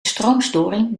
stroomstoring